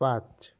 পাঁচ